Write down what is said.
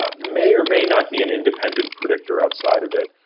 ah may or may not be an independent predictor outside of it,